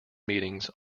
meetings